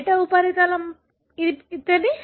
n2 P